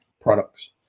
products